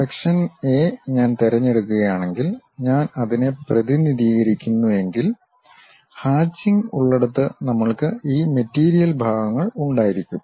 section A ഞാൻ തിരഞ്ഞെടുക്കുകയാണെങ്കിൽ ഞാൻ അതിനെ പ്രതിനിധീകരിക്കുന്നുവെങ്കിൽ ഹാച്ചിംഗ് ഉള്ളടത്ത് നമ്മൾക്ക് ഈ മെറ്റീരിയൽ ഭാഗങ്ങൾ ഉണ്ടായിരിക്കും